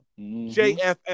jff